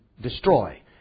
destroy